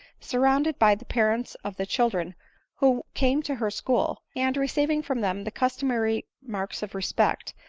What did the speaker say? surrounded by the parents of the children who came to her school, and receiving from them the customary marks of respect,